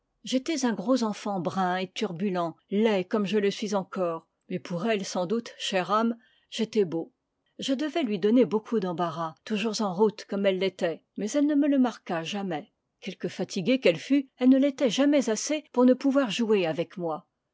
j'étais un gros enfant brun et turbulent laid comme je le suis encore mais pour elle sans doute chère âme j'étais beau je devais lui donner beaucoup d'embarras toujours en route comme elle l'était mais elle ne me le marqua jamais quelque fatiguée qu'elle fût elle ne l'était jamais assez pour ne pouvoir jouer avec moi